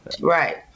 Right